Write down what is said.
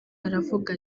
aravuga